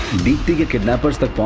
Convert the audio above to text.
kidnappers the